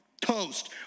Toast